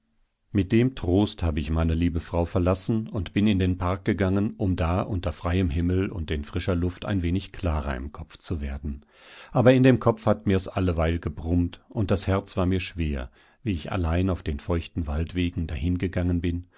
mit dem trost habe ich meine liebe frau verlassen und bin in den park gegangen um da unter freiem himmel und in frischer luft ein wenig klarer im kopf zu werden aber in dem kopf hat mir's alleweil gebrummt und das herz war mir schwer wie ich allein auf den feuchten waldwegen dahingegangen bin